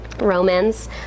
Romans